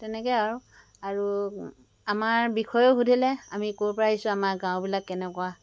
তেনেকৈ আৰু আৰু আমাৰ বিষয়েও সুধিলে আমি ক'ৰপৰা আহিছোঁ আমাৰ গাঁওবিলাক কেনে